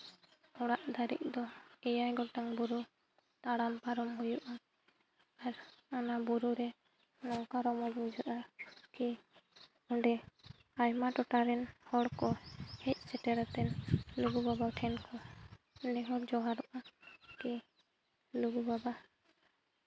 ᱚᱲᱟᱜ ᱫᱷᱟᱹᱨᱤᱡ ᱫᱚ ᱮᱭᱟᱭ ᱜᱚᱴᱟᱝ ᱵᱩᱨᱩ ᱛᱟᱲᱟᱢ ᱯᱟᱨᱚᱢ ᱦᱩᱭᱩᱜᱼᱟ ᱟᱨ ᱚᱱᱟ ᱵᱩᱨᱩ ᱨᱮ ᱱᱚᱝᱠᱟ ᱨᱚᱢᱚᱡᱽ ᱵᱩᱡᱷᱟᱹᱜᱼᱟ ᱠᱤ ᱚᱸᱰᱮ ᱟᱭᱢᱟ ᱴᱚᱴᱷᱟ ᱨᱮᱱ ᱦᱚᱲ ᱠᱚ ᱦᱮᱡ ᱥᱮᱴᱮᱨ ᱠᱟᱛᱮ ᱞᱩᱜᱩ ᱵᱟᱵᱟ ᱴᱷᱮᱱ ᱠᱚ ᱱᱮᱦᱚᱨ ᱡᱚᱦᱟᱨᱚᱜᱼᱟ ᱠᱤ ᱞᱩᱜᱩ ᱵᱟᱵᱟ